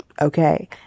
Okay